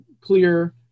clear